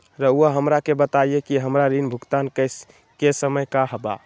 रहुआ हमरा के बताइं कि हमरा ऋण भुगतान के समय का बा?